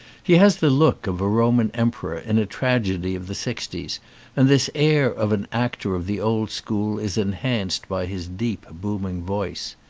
he has the look of a roman emperor in a tragedy of the sixties and this air of an actor of the old school is enhanced by his deep booming voice.